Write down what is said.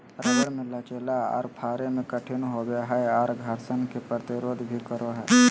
rubber मे लचीला आर फाड़े मे कठिन होवो हय आर घर्षण के प्रतिरोध भी करो हय